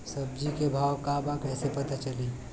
सब्जी के भाव का बा कैसे पता चली?